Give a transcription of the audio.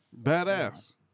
Badass